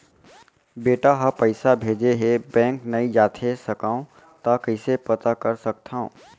बेटा ह पइसा भेजे हे बैंक नई जाथे सकंव त कइसे पता कर सकथव?